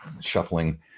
shuffling